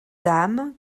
dames